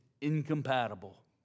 incompatible